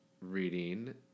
reading